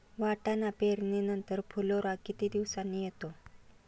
वाटाणा पेरणी नंतर फुलोरा किती दिवसांनी येतो?